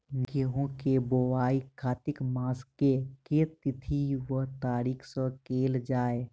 गेंहूँ केँ बोवाई कातिक मास केँ के तिथि वा तारीक सँ कैल जाए?